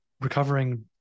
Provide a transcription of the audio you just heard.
recovering